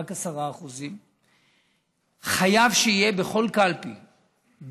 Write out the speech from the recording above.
רק 10%. חייבים שיהיו בכל קלפי,